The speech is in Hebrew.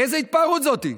איזו התפארות זאת?